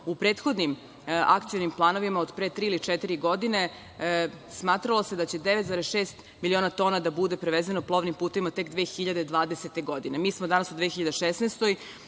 u prethodnim akcionim planovima od pre tri ili četiri godine smatralo se da će 9,6 miliona tona da bude prevezeno plovnim putevima tek 2020. godine. Mi smo danas u 2016.